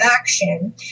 action